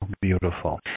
beautiful